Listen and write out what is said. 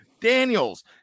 Daniels